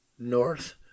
North